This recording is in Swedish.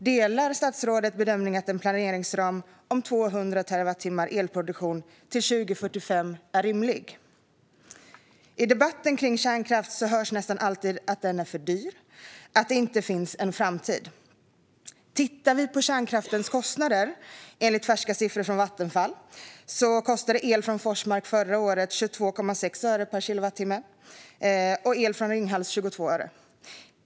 Delar statsrådet bedömningen att en planeringsram på 200 terawattimmar elproduktion till 2045 är rimlig? I debatten kring kärnkraft hörs nästan alltid att den är för dyr och att den inte har någon framtid. Enligt färska siffror från Vattenfall kostade el från Forsmark förra året 22,6 öre per kilowattimme och el från Ringhals 22 öre.